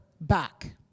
back